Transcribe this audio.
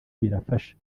birafasha